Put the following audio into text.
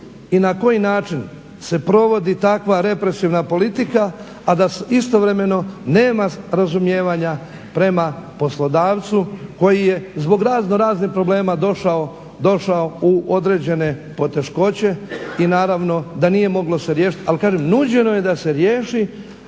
i na koji način se provodi takva represivna politika, a da istovremeno nema razumijevanja prema poslodavcu koji je zbog razno raznih problema došao u određene poteškoće i naravno da nije moglo se riješiti. Ali, kažem nuđeno je da se riješi,